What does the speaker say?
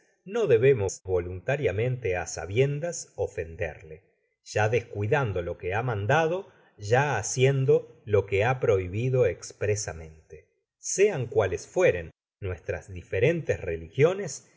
no debemos voluntariamente á sabiendas ofenderle ya descuidando lo que ha mandado ya haciendo lo que ha prohibido espresamente sean cuales fueren nuestras diferentes religiones